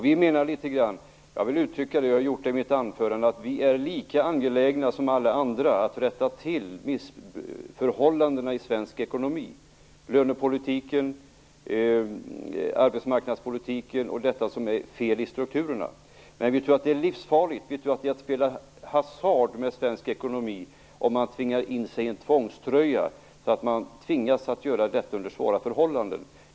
Vi menar - det vill jag säga nu och det har jag sagt i mitt anförande - att vi är lika angelägna som alla andra att rätta till missförhållandena i svensk ekonomi: lönepolitiken, arbetsmarknadspolitiken och det som är fel i strukturen. Men vi tror att det är livsfarligt, att det är att spela hasard med svensk ekonomi, att sätta på sig en tvångströja så att man tvingas att göra detta under svåra förhållanden.